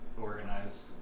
organized